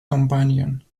companion